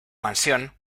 mansión